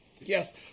Yes